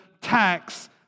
tax